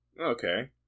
Okay